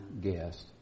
guest